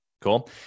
Cool